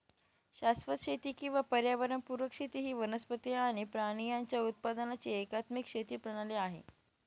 शाश्वत शेती किंवा पर्यावरण पुरक शेती ही वनस्पती आणि प्राणी यांच्या उत्पादनाची एकात्मिक शेती प्रणाली आहे